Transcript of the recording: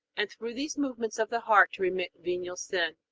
and through these movements of the heart to remit venial sin.